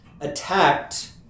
attacked